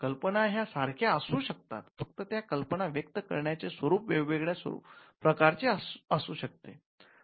कल्पना ह्या सारख्या असू शकतात फक्त त्या कल्पना व्यक्त करण्याचे स्वरूप वेगवेगळ्या प्रकारचे असू शकते